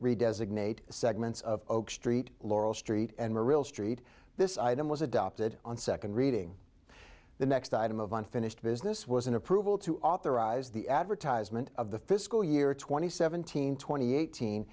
reason designate segments of st laurel street and real street this item was adopted on second reading the next item of unfinished business was an approval to authorize the advertisement of the fiscal year twenty seventeen twenty eighteen